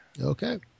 okay